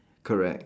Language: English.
correct